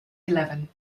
eleven